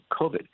COVID